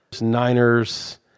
Niners